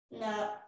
no